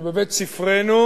שבבית-ספרנו